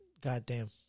goddamn